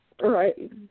Right